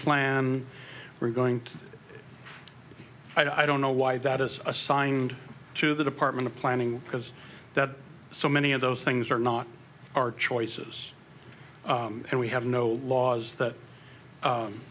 plan we're going to i don't know why that is assigned to the department of planning because that so many of those things are not our choices and we have no laws that